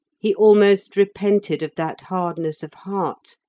he almost repented of that hardness of heart,